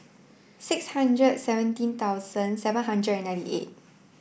six hundred seventeen thousand seven thousand and ninety eight